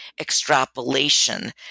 extrapolation